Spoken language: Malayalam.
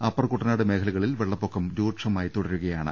അപ്പർ കുട്ടനാട് മേഖലകളിൽ വെള്ളപ്പൊക്കം രൂക്ഷമായി തുടരുകയാണ്